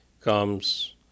comes